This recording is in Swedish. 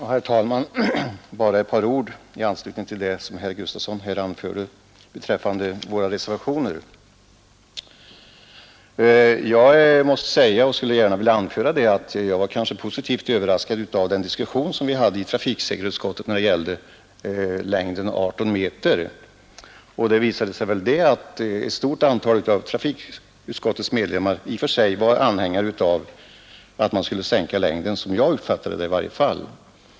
Herr talman! Bara ett par ord i anslutning till det som herr Gustafson i Göteborg här anförde beträffande våra reservationer! Jag var i viss mån positivt överraskad av den diskussion som vi hade i trafikutskottet i fråga om fordonslängden 18 meter, eftersom det visade sig att ett stort antal av utskottets ledamöter i och för sig var anhängare av att man skulle minska längden — i varje fall som jag uppfattade det.